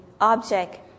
object